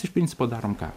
iš principo darome ką